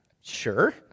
Sure